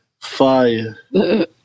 Fire